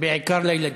בעיקר לילדים.